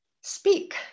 Speak